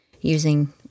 using